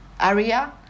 area